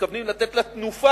מתכוונים לתת לה תנופה.